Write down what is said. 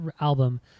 album